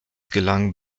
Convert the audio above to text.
gelang